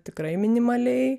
tikrai minimaliai